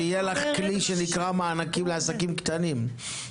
שיהיה לך כלי שנקרא "מענקים לעסקים קטנים".